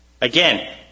Again